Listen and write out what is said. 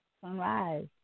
sunrise